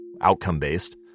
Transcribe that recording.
outcome-based